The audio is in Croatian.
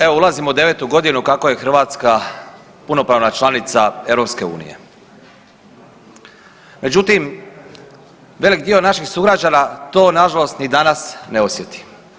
Evo ulazimo u devetu godinu kako je Hrvatska punopravna članica EU, međutim velik dio naših sugrađana to nažalost ni danas osjeti.